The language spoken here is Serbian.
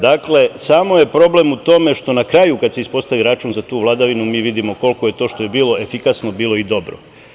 Dakle, samo je problem u tome što na kraju, kada se ispostavi račun za tu vladavinu, mi vidimo koliko to što je bilo efikasno bilo i dobro.